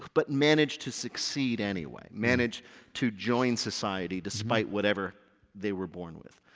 but managed to succeed anyway, managed to join society, despite whatever they were born with.